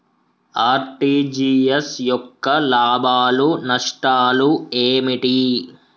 RTGS యొక్క లాభాలు నష్టాలు ఏమిటి?